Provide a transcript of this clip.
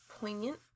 poignant